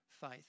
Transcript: faith